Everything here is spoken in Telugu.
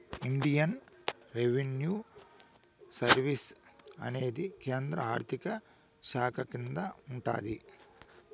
ఇండియన్ రెవిన్యూ సర్వీస్ అనేది కేంద్ర ఆర్థిక శాఖ కింద ఉంటాది